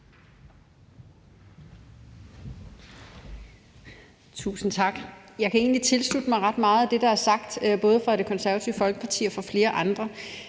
Tusind tak. Jeg kan egentlig tilslutte mig ret meget af det, der er sagt både af Det Konservative Folkeparti og flere andre.